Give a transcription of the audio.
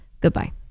Goodbye